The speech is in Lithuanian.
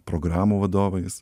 programų vadovais